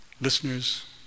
listeners